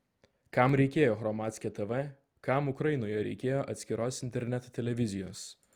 kam reikėjo hromadske tv kam ukrainoje reikėjo atskiros interneto televizijos